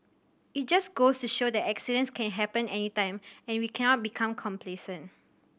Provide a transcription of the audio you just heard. it just goes to show that accidents can happen anytime and we cannot become complacent